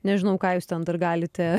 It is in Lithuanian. nežinau ką jūs ten dar galite